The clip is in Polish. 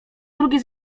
drugi